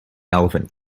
elephant